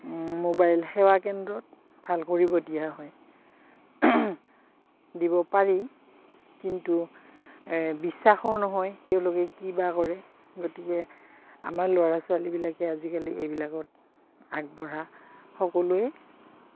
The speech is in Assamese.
মোবাইল সেৱা কেন্দ্ৰত ভাল কৰিব দিয়া হয় দিব পাৰি কিন্তু বিশ্বাসো নহয় তেওঁলোকে কিবা কৰে গতিকে আমাৰ ল'ৰা ছোৱালীবিলাকে আজিকালি এইবিলাকত আগবঢ়া সকলোৱে